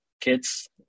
kids